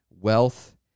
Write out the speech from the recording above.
wealth